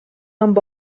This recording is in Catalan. amb